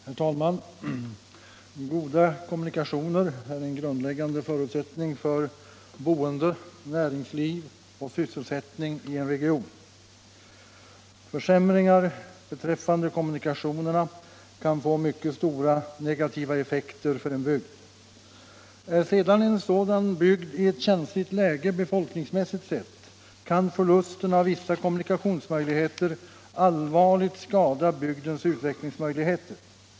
Herr talman! Goda kommunikationer är en grundläggande förutsättning för boende, näringsliv och sysselsättning i en region. Försämringar i kommunikationerna kan få mycket stora negativa effekter för en bygd. Är en sådan bygd sedan i ett känsligt läge befolkningsmässigt sett, så kan förlusten av vissa kommunikationsmöjligheter allvarligt skada bygdens utvecklingsmöjligheter.